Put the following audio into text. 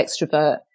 extrovert